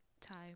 time